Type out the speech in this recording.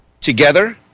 together